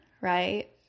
right